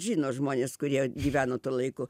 žino žmonės kurie gyveno tuo laiku